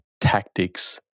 tactics